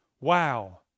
Wow